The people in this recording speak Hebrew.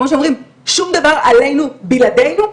כמו שאומרים שום דבר עלינו בלעדינו,